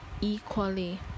equally